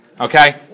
Okay